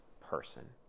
person